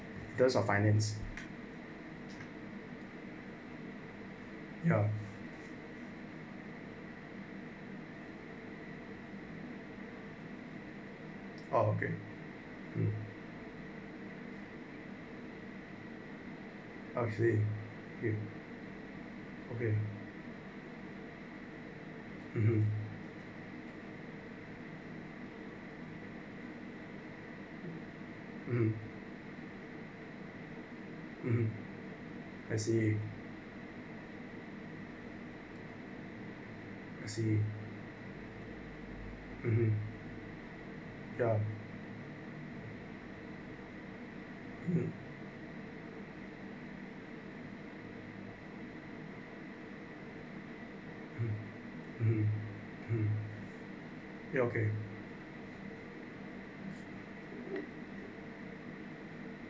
there's finace ya oh okay I see okay okay (uh huh) (uh huh)I see I see (uh huh) ya mm (uh huh) (uh huh) ya okay